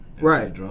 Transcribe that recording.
Right